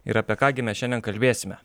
ir apie ką gi mes šiandien kalbėsime